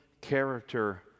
character